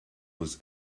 was